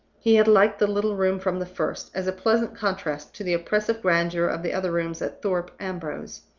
he had liked the little room from the first, as a pleasant contrast to the oppressive grandeur of the other rooms at thorpe ambrose,